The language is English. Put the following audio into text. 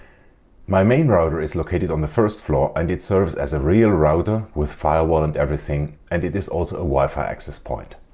my main router is located on the first floor and it serves as a real router with firewall and everything and it is also a wi-fi access point.